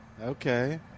okay